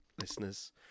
listeners